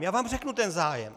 Já vám řeknu ten zájem.